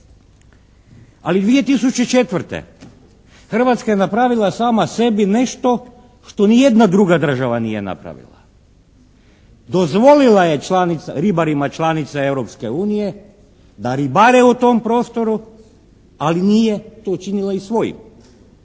Ali 2004. Hrvatska je napravila sama sebi nešto što ni jedna druga država nije napravila. Dozvolila je ribarima članica Europske unije da ribare u tom prostoru, ali nije to učinila i svojim.